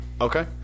Okay